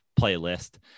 playlist